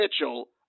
Mitchell